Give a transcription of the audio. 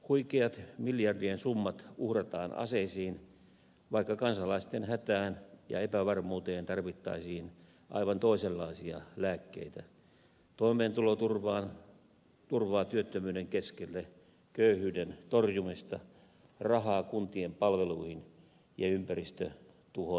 huikeat miljardien summat uhrataan aseisiin vaikka kansalaisten hätään ja epävarmuuteen tarvittaisiin aivan toisenlaisia lääkkeitä toimeentuloturvaa työttömyyden keskelle köyhyyden torjumista rahaa kuntien palveluihin ja ympäristötuhon torjuntaan